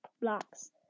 blocks